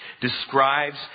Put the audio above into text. describes